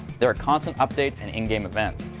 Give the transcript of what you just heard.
there are constant updates and in game events.